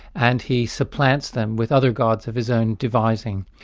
and he supplants them with other gods of his own devising.